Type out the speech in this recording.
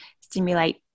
stimulate